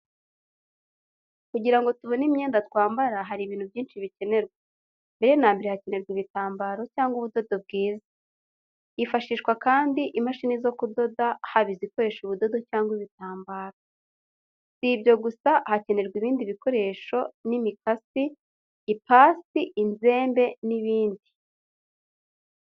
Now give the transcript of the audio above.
Kugira ngo tubone imyenda twambara, hari ibintu byinshi bikenerwa. Mbere na mbere hakenerwa ibitambaro cyangwa ubudodo bwiza. Hifashishwa kandi imashini zo kudoda, haba izikoresha ubudodo cyangwa ibitambaro. Si ibyo gusa hakenerwa ibindi bikoresho n’imakasi, ipasi, inzembe n’ibindi.